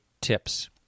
tips